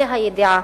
בה"א הידיעה,